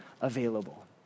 available